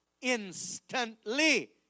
instantly